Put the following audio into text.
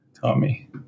Tommy